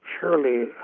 surely